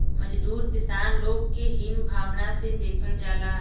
मजदूर किसान लोग के हीन भावना से देखल जाला